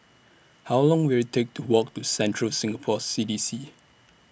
How Long Will IT Take to Walk to Central Singapore C D C